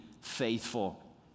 faithful